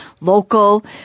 local